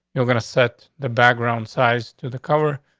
you're gonna set the background size to the cover.